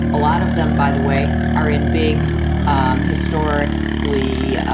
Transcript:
a lot of them, by the way, are in big um historic glee.